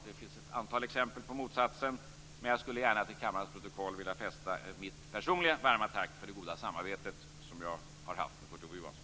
Det finns ett antal exempel på motsatsen men jag skulle gärna till kammarens protokoll vilja fästa mitt personliga varma tack för det goda samarbete som jag har haft med Kurt Ove Johansson.